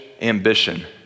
ambition